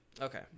Okay